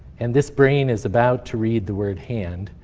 and this brain is about to read the word hand.